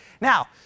now